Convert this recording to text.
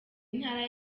intara